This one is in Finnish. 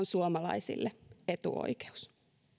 suomalaisille etuoikeus